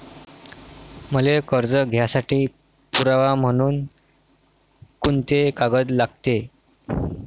मले कर्ज घ्यासाठी पुरावा म्हनून कुंते कागद लागते?